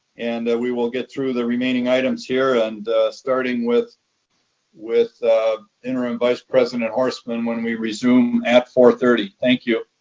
and we will get through the remaining items here and starting with with interim vice president horstman when we resume at four thirty. thank you.